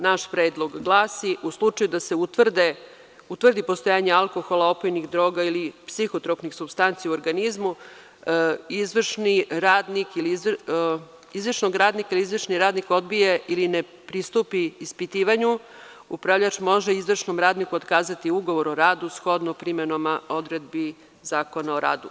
Naš predlog glasi: „U slučaju da se utvrdi postojanje alkohola, opojnih droga ili psihotropnih supstanci u organizmu izvršnog radnika, ili izvršni radnik odbije ili ne pristupi ispitivanju, upravljač može izvršnom radniku otkazati ugovor o radu shodno primenom odredbi Zakona o radu“